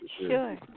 Sure